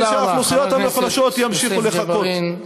ושהאוכלוסיות המוחלשות ימשיכו לחכות.